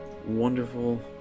Wonderful